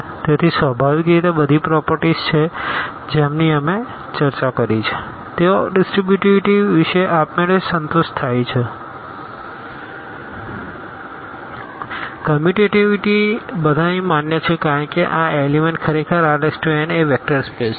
તેથી સ્વાભાવિક રીતે બધી પ્રોપરટીઝ કે જેની અમે ચર્ચા કરી છે તેઓ આ ડીસટ્રીબ્યુટીવીટીવિશે આપમેળે સંતુષ્ટ થાય છે કમ્યુટેટીવીટી બધા અહીં માન્ય છે કારણ કે આ એલીમેન્ટ ખરેખર Rn એ વેક્ટર સ્પેસ છે